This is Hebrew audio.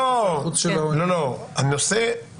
אולי תסביר.